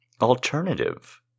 alternative